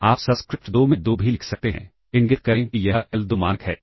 आप सबस्क्रिप्ट 2 में 2 भी लिख सकते हैं इंगित करें कि यह l2 मानक है